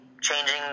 changing